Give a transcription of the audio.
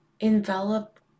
envelop